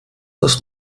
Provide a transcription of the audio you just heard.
das